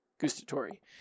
gustatory